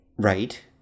right